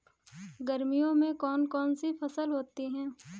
गर्मियों में कौन कौन सी फसल होती है?